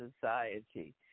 society